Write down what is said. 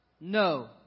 No